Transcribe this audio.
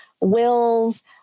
wills